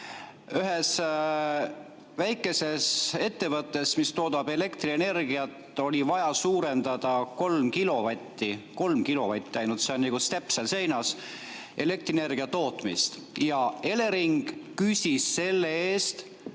Ühes väikeses ettevõttes, mis toodab elektrienergiat, oli vaja suurendada kolm kilovatti – kolm kilovatti ainult, see on nagu stepsel seinas – elektrienergia tootmist ja Elering küsis selle